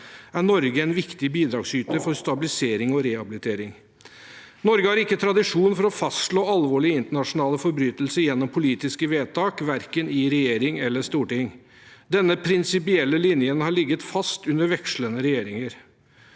er Norge en viktig bidragsyter for stabilisering og rehabilitering. Norge har ikke tradisjon for å fastslå alvorlige internasjonale forbrytelser gjennom politiske vedtak, verken i regjering eller i Stortinget. Denne prinsipielle linjen har ligget fast under vekslende regjeringer.